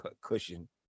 cushion